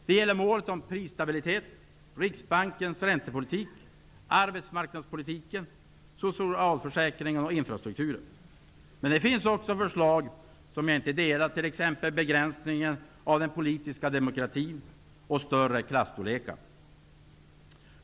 Det gäller målet om prisstabilitet, riksbankens räntepolitik, arbetsmarknadspolitiken, socialförsäkringarna och infrastrukturen. Det finns också förslag som jag inte håller med om, t.ex. begränsningen av den politiska demokratin och större klasstorlekar.